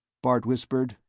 bart whispered.